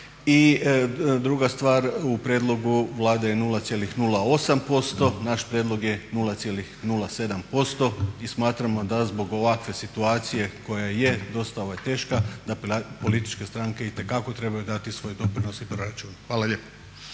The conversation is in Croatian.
Druga stvar, u prijedlogu Vlade je 0,08% naš prijedlog je 0,07%. Smatramo da zbog ovakve situacije koja je dosta teška da političke stranke itekako trebaju dati svoje doprinose u proračun. Hvala lijepo.